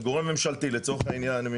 הוא גורם ממשלתי לצורך העניין,